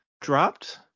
dropped